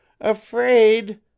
afraid